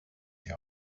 die